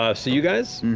ah so you guys?